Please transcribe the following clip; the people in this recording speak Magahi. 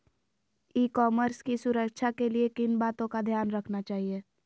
ई कॉमर्स की सुरक्षा के लिए किन बातों का ध्यान रखना चाहिए?